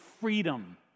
freedom